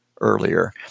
earlier